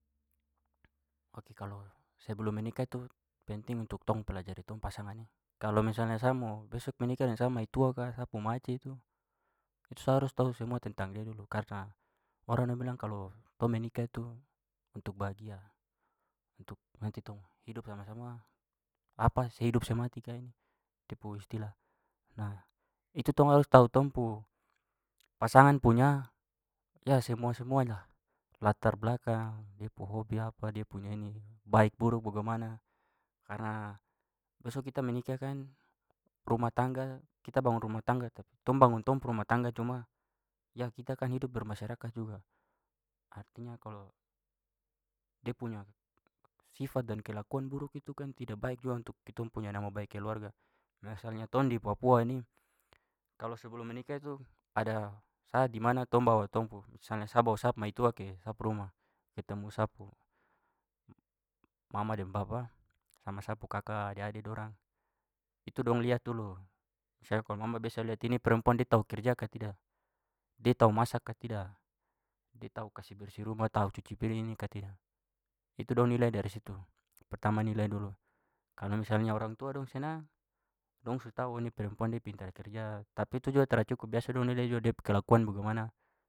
Ok, kalo sebelum menikah tu penting untuk tong pelajari tong pasangan e. Kalo misalnya sa mo besok menikah dengan sa maitua ka sa pu mace itu itu sa harus tahu semua tentang dia dulu karena orang dong bilang kalau tong menikah tu untuk bahagia untuk nanti tong hidup sama-sama sehidup semati ka ini da pu istilah. Nah, itu tong harus tahu tong pu pasangan punya, ya semua-semuanya lah latar belakang dia pu hobi apa dia punya ini, baik buruk bagaimana. Karena besok kita menikah kan rumah tangga- kita bangun rumah tangga tu, tong bangun tong pu rumah tangga cuma ya kita kan hidup bermasyarakat juga artinya kalo dia punya sifat dan kelakuan buruk itu kan tidak baik juga untuk kitong punya nama baik keluarga. di papua ini kalau sebelum menikah itu ada saat dimana tong bawa tong pu misalnya sa bawa sa maitua ke sa pu rumah ketemu sa pu mama deng bapa sama sa pu kaka ade-ade dorang itu dong liat dulu. Misalnya kalo mama biasa liat ini perempuan da tahu kerja ka tidak, da tahu masak ka tidak, da tahu kasih bersih rumah, tahu cuci piring ini ka tidak, itu dong nilai dari situ. Pertama nilai dulu. Karna misalnya orang tua dong senang dong su tahu oh ini perempuan dia pintar kerja. Tapi itu juga tra cukup biasa dong nilai juga da pu kelakuan bagaimana.